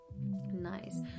nice